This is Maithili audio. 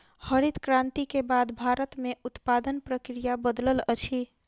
हरित क्रांति के बाद भारत में उत्पादन प्रक्रिया बदलल अछि